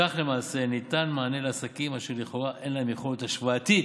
כך למעשה ניתן מענה לעסקים אשר לכאורה אין להם יכולת השוואתית